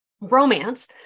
romance